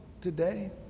today